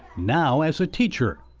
now as a teacher.